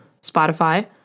Spotify